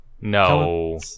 No